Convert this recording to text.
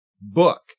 book